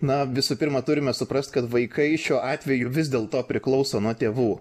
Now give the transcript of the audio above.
na visų pirma turime suprasti kad vaikai šiuo atveju vis dėl to priklauso nuo tėvų